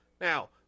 Now